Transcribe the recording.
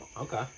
Okay